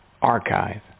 archive